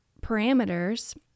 parameters